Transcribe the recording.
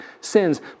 sins